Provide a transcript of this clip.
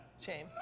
Shame